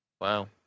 Wow